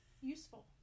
useful